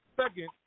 Second